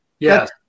Yes